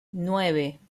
nueve